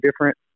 different